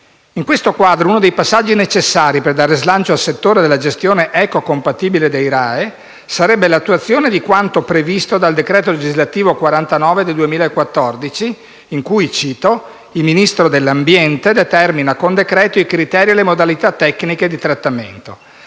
In questo quadro, uno dei passaggi necessari per dare slancio al settore della gestione ecocompatibile dei RAEE sarebbe l'attuazione di quanto previsto dal decreto legislativo n. 49 del 2014, secondo il quale «il Ministro dell'ambiente (...) determina con decreto i criteri e le modalità tecniche di trattamento...».